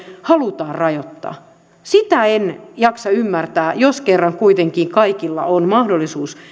halutaan rajoittaa sitä en jaksa ymmärtää jos kerran kuitenkin kaikilla on mahdollisuus